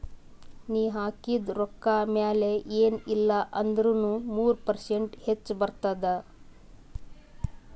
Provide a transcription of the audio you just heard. ನೀ ಹಾಕಿದು ರೊಕ್ಕಾ ಮ್ಯಾಲ ಎನ್ ಇಲ್ಲಾ ಅಂದುರ್ನು ಮೂರು ಪರ್ಸೆಂಟ್ರೆ ಹೆಚ್ ಬರ್ತುದ